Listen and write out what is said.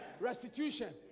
restitution